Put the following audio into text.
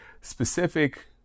specific